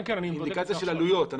כן, אני בודק את זה עכשיו.